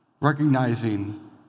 Recognizing